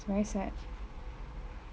it's very sad